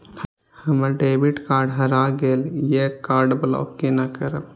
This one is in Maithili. हमर डेबिट कार्ड हरा गेल ये कार्ड ब्लॉक केना करब?